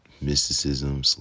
mysticism